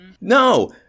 No